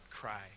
cry